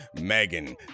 Megan